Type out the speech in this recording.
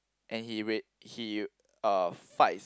and he re~ he uh fights